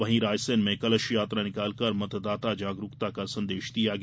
वहीं रायसेन में कलश यात्रा निकालकर मतदाता जागरूकता का संदेश दिया गया